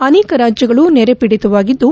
ಅನೇಕ ರಾಜ್ಯಗಳು ನೆರೆಪೀಡಿತವಾಗಿದ್ದು